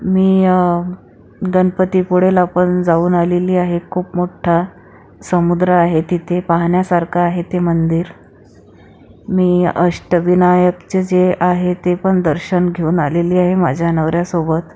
मी गणपतीपुळेलापण जाऊन आलेली आहे खूप मोठा समुद्र आहे तिथे पाहण्यासारखा आहे ते मंदिर मी अष्टविनायकचं जे आहे तेपण दर्शन घेऊन आलेली आहे माझ्या नवऱ्यासोबत